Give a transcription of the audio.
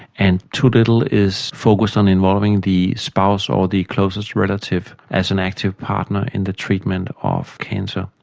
and too little is focused on involving the spouse or the closest relative as an active partner in the treatment of cancer.